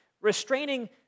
Restraining